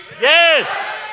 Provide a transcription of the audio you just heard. Yes